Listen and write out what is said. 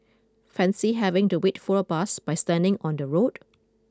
Fancy having to wait for a bus by standing on the road